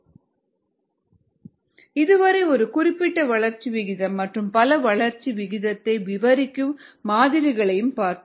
mSKsSKPKPP இதுவரை ஒரு குறிப்பிட்ட வளர்ச்சி விகிதம் மற்றும் பல வளர்ச்சி விகிதத்தை விவரிக்கும் மாதிரிகளைப் பார்த்தோம்